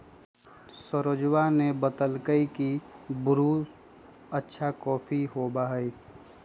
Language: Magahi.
सरोजवा ने बतल कई की ब्रू अच्छा कॉफी होबा हई